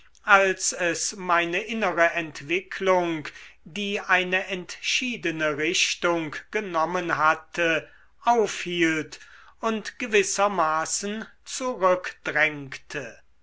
als es meine innere entwicklung die eine entschiedene richtung genommen hatte aufhielt und gewissermaßen zurückdrängte